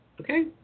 Okay